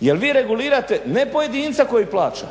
Jer vi regulirate ne pojedinca koji plaća.